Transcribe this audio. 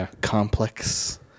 complex